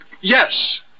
Yes